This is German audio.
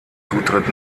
zutritt